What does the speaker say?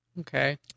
okay